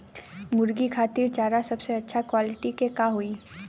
मुर्गी खातिर चारा सबसे अच्छा क्वालिटी के का होई?